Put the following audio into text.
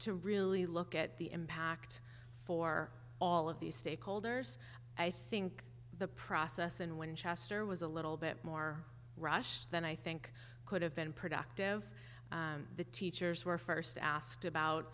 to really look at the impact for all of these stakeholders i think the process in winchester was a little bit more rushed than i think could have been productive the teachers were first asked about